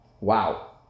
Wow